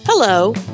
Hello